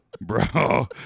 bro